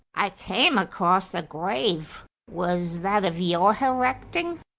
i came across a grave was that of your h'erecting?